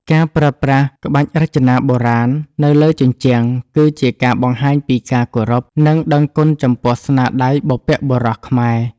ការប្រើប្រាស់ក្បាច់រចនាបុរាណនៅលើជញ្ជាំងគឺជាការបង្ហាញពីការគោរព និងដឹងគុណចំពោះស្នាដៃបុព្វបុរសខ្មែរ។